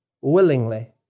willingly